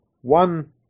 one